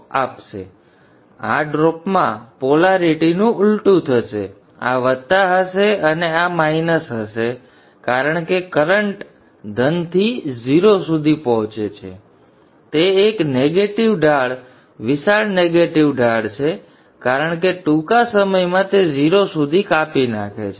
હવે આ ડ્રોપમાં પોલેરિટીનું ઉલટું થશે આ વત્તા હશે અને આ માઇનસ હશે કારણ કે કરન્ટ ધનથી 0 સુધી પહોંચ્યો છે તેથી તે એક નેગેટિવ ઢાળ વિશાળ નેગેટિવ ઢાળ છે કારણ કે ટૂંકા સમયમાં તે 0 સુધી કાપી નાખે છે